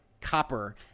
Copper